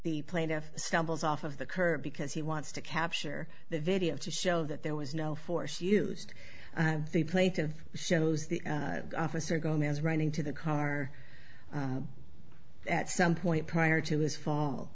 the plaintiff stumbles off of the curb because he wants to capture the video to show that there was no force used the plate of shows the officer gomez running to the car at some point prior to his